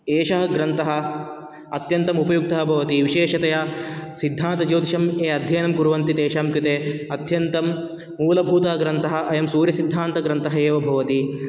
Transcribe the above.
एषः ग्रन्थः अत्यन्तम् उपयुक्तः भवति विशेषतया सिद्धान्तज्योतिषं ये अध्ययनं कुर्वन्ति तेषां कृते अत्यन्तं मूलभूतग्रन्थः अयं सूर्यसिद्धान्तग्रन्थः एव भवति